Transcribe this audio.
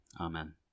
Amen